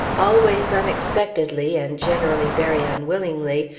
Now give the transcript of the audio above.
always unexpectedly, and generally very unwillingly,